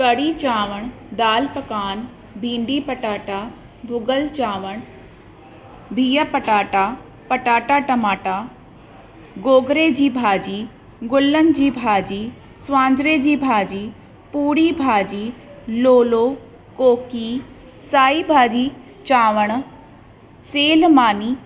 कढ़ी चांवर दाल पकवान भिंडी पटाटा भुगल चांवर बिह पटाटा पटाटा टमाटा गोगरे जी भाॼी गुलनि जी भाॼी स्वांजरे जी भाॼी पूड़ी भाॼी लोलो कोकी साई भाॼी चांवर सइल मानी